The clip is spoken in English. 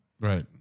Right